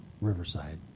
Riverside